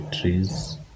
trees